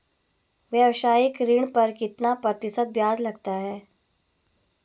व्यावसायिक ऋण पर कितना प्रतिशत ब्याज लगता है?